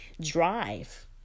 drive